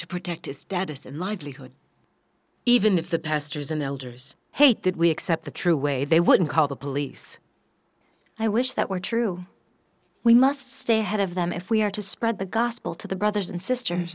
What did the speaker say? to protect his status and livelihood even if the pastors and elders hate that we accept the true way they wouldn't call the police i wish that were true we must stay ahead of them if we are to spread the gospel to the brothers and sisters